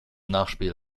nachspiel